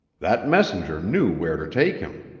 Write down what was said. that messenger knew where to take him.